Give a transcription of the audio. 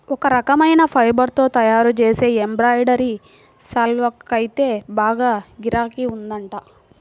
ఒక రకమైన ఫైబర్ తో తయ్యారుజేసే ఎంబ్రాయిడరీ శాల్వాకైతే బాగా గిరాకీ ఉందంట